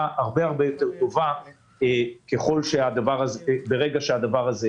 הרבה יותר טובה כאשר הדבר הזה יתממש.